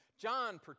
John